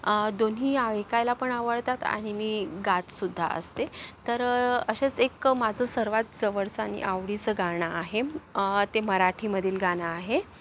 दोन्ही ऐकायला पण आवळतात आणि मी गात सुद्धा असते तर असेच एक माझं सर्वात जवळचं आणि आवडीचं गाणं आहे ते मराठी मधील गाणं आहे